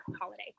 holiday